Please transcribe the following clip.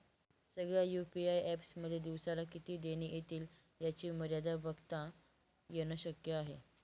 सगळ्या UPI apps मध्ये दिवसाला किती देणी एतील याची मर्यादा बघता येन शक्य आहे